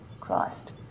Christ